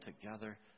together